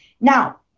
Now